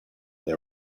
they